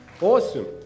Awesome